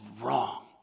wrong